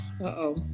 Uh-oh